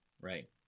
right